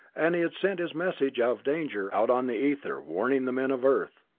and had sent his message of danger out on the ether, warning the men of earth.